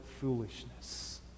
foolishness